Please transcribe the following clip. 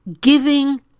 giving